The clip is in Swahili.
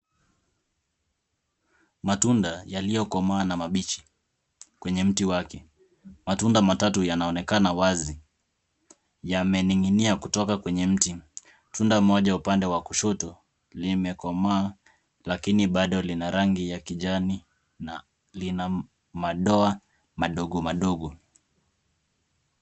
Matunda iliyokomaa na mabichi kwenye mti wake ,matunda matatu yanaonekana wazi yamening'inia kutoka kwenye miti, tunda Moja upande wa kushoto limekomaa lakini Bado Lina rangi ya kijani na Lina madoa madogo madogo.